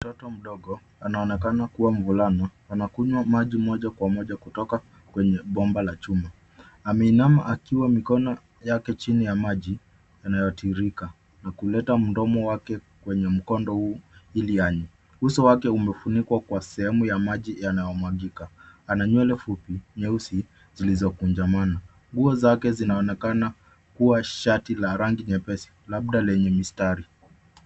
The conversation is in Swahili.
Mtoto mdogo, anayeonekana kuwa mvulana, anakunywa maji moja kwa moja kutoka kwenye bomba la chuma. Ameinama huku mikono yake ikiwa chini ya maji yanayotiririka na kuleta mdomo wake karibu na mkondo huo ili anywe. Uso wake umefunikwa na sehemu ya maji yanayomwagika. Ana nywele fupi nyeusi zilizojaa kichwani. Nguo zake zinaonekana kuwa shati la rangi nyeupe, labda lenye mistari.